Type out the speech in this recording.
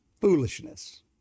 Foolishness